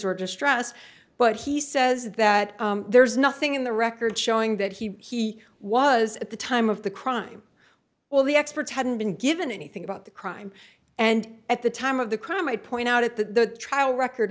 or distress but he says that there's nothing in the record showing that he was at the time of the crime well the experts hadn't been given anything about the crime and at the time of the crime i point out at the trial record